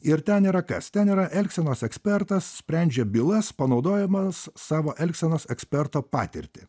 ir ten yra kas ten yra elgsenos ekspertas sprendžia bylas panaudojamas savo elgsenos eksperto patirtį